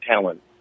talent